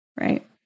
Right